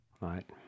right